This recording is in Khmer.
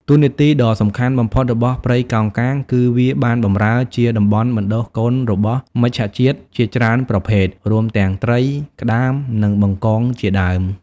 តួនាទីដ៏សំខាន់បំផុតរបស់ព្រៃកោងកាងគឺវាបានបម្រើជាតំបន់បណ្តុះកូនរបស់មច្ឆជាតិជាច្រើនប្រភេទ រួមទាំងត្រីក្តាម និងបង្កងជាដើម។